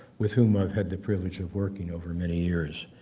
with whom i've had the privilege of working over many years.